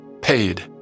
paid